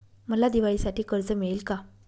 मला दिवाळीसाठी कर्ज मिळेल का?